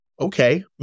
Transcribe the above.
Okay